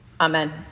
Amen